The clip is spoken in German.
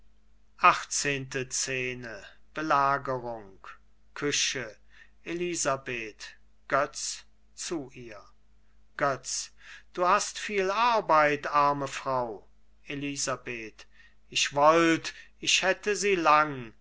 elisabeth götz zu ihr götz du hast viel arbeit arme frau elisabeth ich wollt ich hätte sie lang